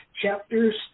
chapters